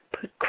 put